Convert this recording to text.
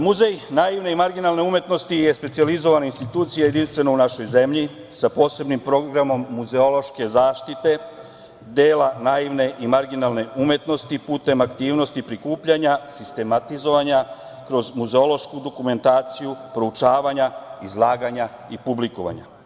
Muzej naivne i marginalne umetnosti je specijalizovana institucija, jedinstvena u našoj zemlji, sa posebnim programom muzeološke zaštite, dela naivne i marginalne umetnosti, putem aktivnosti prikupljanja, sistematizovanja, kroz muzeološku dokumentaciju, proučavanja, izlaganja i publikovanja.